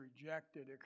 rejected